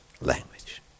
language